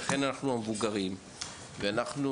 אבל אנחנו המבוגרים ואנחנו,